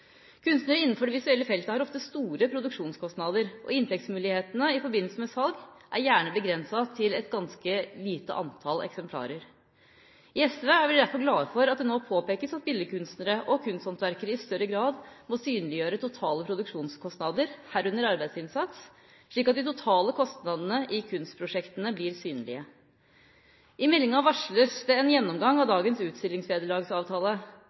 visuelle feltet har ofte store produksjonskostnader, og inntektsmulighetene i forbindelse med salg er gjerne begrenset til et ganske lite antall eksemplarer. I SV er vi derfor glad for at det nå påpekes at billedkunstnere og kunsthåndverkere i større grad må synliggjøre totale produksjonskostnader, herunder arbeidsinnsats, slik at de totale kostnadene i kunstprosjektene blir synlige. I meldinga varsles det en gjennomgang av dagens utstillingsvederlagsavtale,